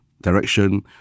direction